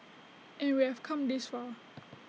and we have come this far